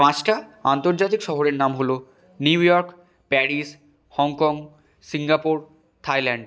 পাঁচটা আন্তর্জাতিক শহরের নাম হলো New York Paris Hong Kong Singapore Thailand